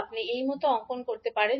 আপনি এই মত অঙ্কন করতে পারেন